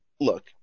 look